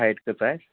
height کۭژاہ آسہِ